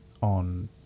on